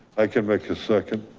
i came back to second.